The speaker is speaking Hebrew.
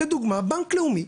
לדוגמא, בנק לאומי